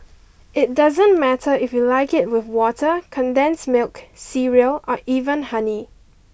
it doesn't matter if you like it with water condensed milk cereal or even honey